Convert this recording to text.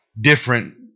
different